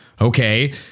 Okay